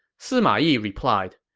sima yi replied,